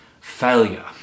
failure